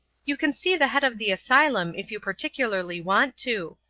you can see the head of the asylum if you particularly want to.